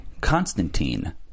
Constantine